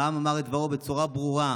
העם אמר את דברו בצורה ברורה: